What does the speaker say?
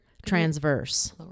transverse